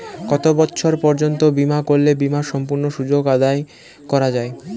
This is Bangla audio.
কত বছর পর্যন্ত বিমা করলে বিমার সম্পূর্ণ সুযোগ আদায় করা য়ায়?